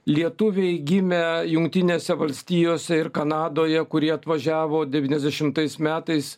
lietuviai gimę jungtinėse valstijose ir kanadoje kurie atvažiavo devyniasdešimtais metais